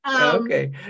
Okay